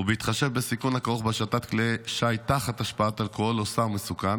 ובהתחשב בסיכון הכרוך בהשטת כלי שיט תחת השפעת אלכוהול או סם מסוכן,